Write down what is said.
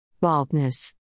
Baldness